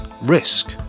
risk